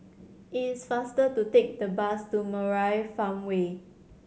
is faster to take the bus to Murai Farmway